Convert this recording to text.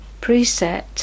preset